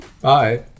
bye